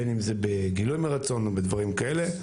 בין אם זה בגילוי מרצון או בדברים כאלה,